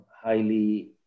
highly